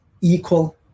equal